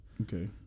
Okay